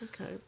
Okay